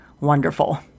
wonderful